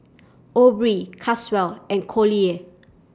Aubree Caswell and Collier